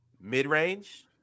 Mid-range